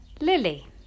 Lily